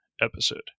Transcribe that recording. episode